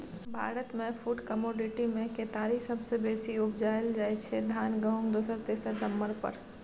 भारतमे फुड कमोडिटीमे केतारी सबसँ बेसी उपजाएल जाइ छै धान गहुँम दोसर तेसर नंबर पर